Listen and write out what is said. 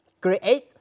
Create